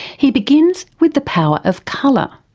he begins with the power of colour,